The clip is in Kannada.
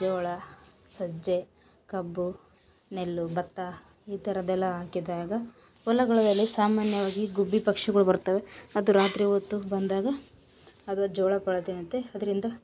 ಜೋಳ ಸಜ್ಜೆ ಕಬ್ಬು ನೆಲ್ಲು ಭತ್ತ ಈ ಥರದ್ದೆಲ್ಲ ಹಾಕಿದಾಗ ಹೊಲಗಳದಲ್ಲಿ ಸಾಮಾನ್ಯವಾಗಿ ಗುಬ್ಬಿ ಪಕ್ಷಿಗಳು ಬರ್ತವೆ ಅದು ರಾತ್ರಿ ಹೊತ್ತು ಬಂದಾಗ ಅಥ್ವಾ ಜೋಳ ಪಳ ತಿನ್ನುತ್ತೆ ಅದರಿಂದ